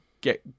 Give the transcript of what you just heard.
get